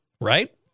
right